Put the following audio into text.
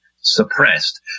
suppressed